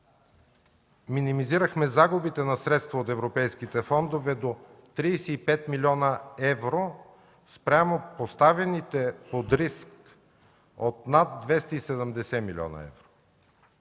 Минимизирахме загубите на средства от европейските фондове до 35 млн. евро спрямо поставените под риск над 270 млн. евро.